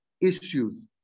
issues